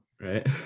Right